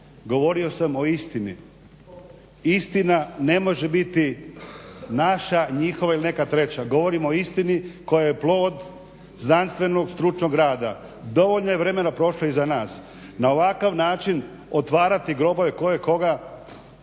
govorio sam o istini. Istina ne može biti naša, njihova ili neka treća. Govorim o istini koja je plod znanstvenog stručnog rada. Dovoljno je vremena prošlo iza nas. Na ovakav način otvarati grobove tko je koga,